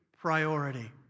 priority